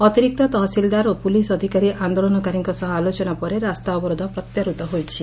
ଅତିରିକ୍ତ ତହସିଲ୍ଦାର ଓ ପୁଲିସ୍ ଅଧିକାର ଆନ୍ଦୋଳନକାରୀଙ୍କ ସହ ଆଲୋଚନା ପରେ ରାସ୍ତା ଅବରୋଧ ପ୍ରତ୍ୟାହୃତ ହୋଇଛି